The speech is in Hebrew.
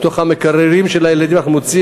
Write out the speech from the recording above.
ממש מתוך המקררים של הילדים אנחנו מוציאים